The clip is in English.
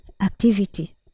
activity